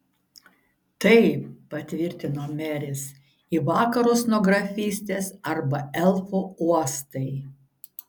taip patvirtino meris į vakarus nuo grafystės arba elfų uostai